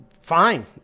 fine